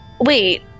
wait